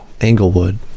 Englewood